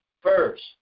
first